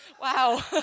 wow